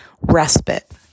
respite